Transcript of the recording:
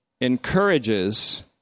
encourages